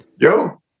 yo